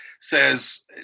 says